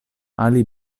ali